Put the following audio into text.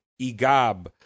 Igab